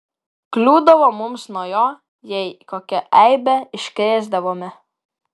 kliūdavo mums nuo jo jei kokią eibę iškrėsdavome